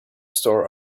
store